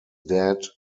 dead